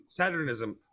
saturnism